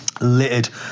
littered